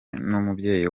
n’umubyeyi